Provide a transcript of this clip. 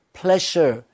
pleasure